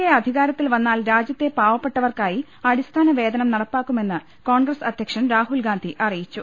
A അധികാരത്തിൽ വന്നാൽ രാജ്യത്തെ പാവപ്പെട്ട വർക്കായി അടിസ്ഥാനവേതനം നടപ്പാക്കുമെന്ന് കോൺഗ്രസ് അധ്യക്ഷൻ രാഹുൽ ഗാന്ധി അറിയിച്ചു